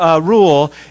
rule